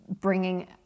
bringing